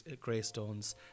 Greystones